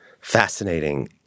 fascinating